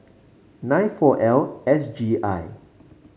nine four L S G I